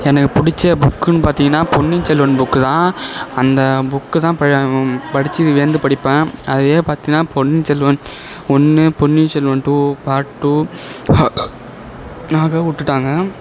எனக்கு பிடிச்ச புக்குன்னு பார்த்திங்கன்னா பொன்னியின் செல்வன் புக்கு தான் அந்த புக்கு தான் படித்து வியந்து படிப்பேன் அதுவே பார்த்திங்கன்னா பொன்னியின் செல்வன் ஒன்று Ponniyin Selvan two part two விட்டுட்டாங்க